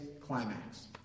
climax